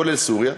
כולל סוריה,